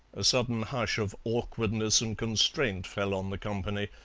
a sudden hush of awkwardness and constraint fell on the company.